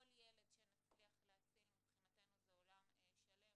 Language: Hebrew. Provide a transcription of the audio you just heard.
כל ילד שנצליח להציל מבחינתנו זה עולם שלם,